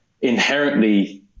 inherently